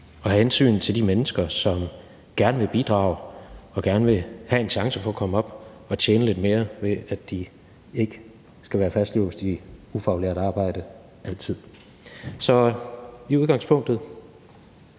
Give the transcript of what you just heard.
og af hensyn til de mennesker, som gerne vil bidrage og gerne vil have en chance for at komme op at tjene lidt mere, ved at de ikke skal være fastlåst i ufaglært arbejde altid. Så i udgangspunktet